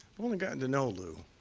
only gotten to know lew